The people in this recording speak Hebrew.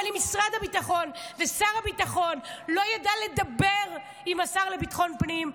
אבל אם משרד הביטחון ושר הביטחון לא ידעו לדבר עם השר לביטחון פנים,